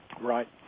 Right